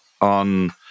on